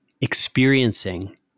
experiencing